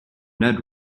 ned